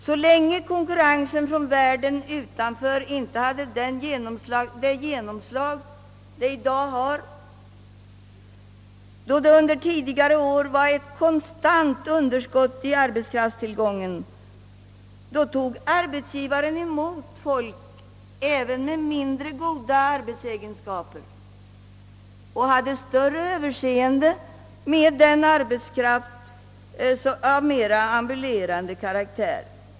Så länge som konkurrensen från världen utanför inte hade den genomslagskraft som den har i dag och då det under tidigare år var ett konstant underskott på arbetskraft, tog arbetsgivaren emot folk även med mindre goda arbetsegenskaper och hade större överseende med arbetskraft av mera ambulerande karaktär.